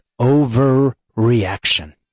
overreaction